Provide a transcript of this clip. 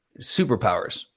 superpowers